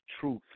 truth